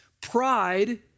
Pride